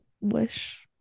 wish